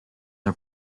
are